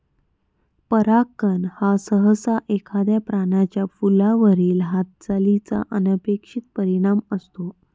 परागकण हा सहसा एखाद्या प्राण्याचा फुलावरील हालचालीचा अनपेक्षित परिणाम असतो